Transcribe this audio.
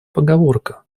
поговорка